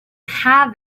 have